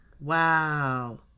Wow